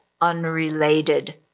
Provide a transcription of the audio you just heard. unrelated